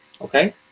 okay